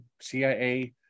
CIA